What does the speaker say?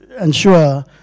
ensure